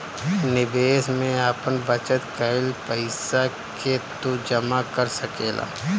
निवेश में आपन बचत कईल पईसा के तू जमा कर सकेला